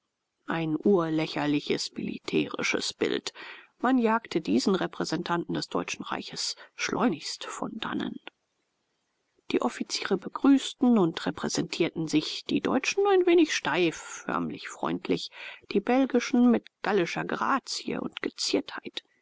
ein urlächerliches militärisches bild man jagte diesen repräsentanten des deutschen reiches schleunigst von dannen die offiziere begrüßten und präsentierten sich die deutschen ein wenig steif förmlich freundlich die belgischen mit gallischer grazie und geziertheit